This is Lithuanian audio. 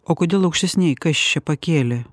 o kodėl aukštesnėj kas čia pakėlė